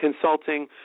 consulting